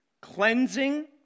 cleansing